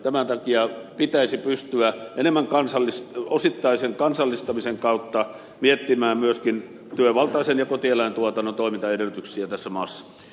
tämän takia pitäisi pystyä enemmän osittaisen kansallistamisen kautta miettimään myöskin työvaltaisen ja kotieläintuotannon toimintaedellytyksiä tässä maassa